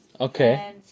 Okay